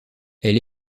elle